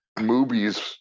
movies